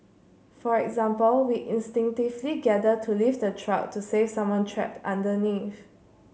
for example we instinctively gather to lift a truck to save someone trapped underneath